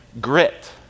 grit